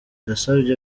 yasabye